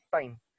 time